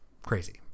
crazy